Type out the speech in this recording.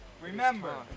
Remember